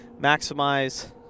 maximize